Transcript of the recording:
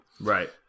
Right